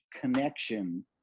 connection